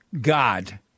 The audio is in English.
God